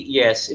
yes